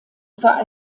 war